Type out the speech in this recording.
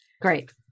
Great